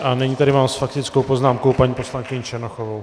A nyní tady mám s faktickou poznámkou paní poslankyni Černochovou.